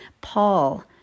Paul